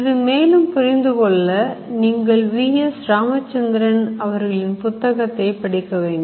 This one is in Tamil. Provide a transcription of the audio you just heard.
இது மேலும் புரிந்து கொள்ள நீங்கள் V S ராமச்சந்திரன் அவர்களின் புத்தகத்தை படிக்க வேண்டும்